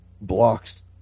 blocks